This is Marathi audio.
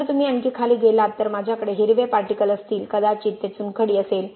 जर तुम्ही आणखी खाली गेलात तर माझ्याकडे हिरवे पार्टिकलअसतील कदाचित ते चुनखडी असेल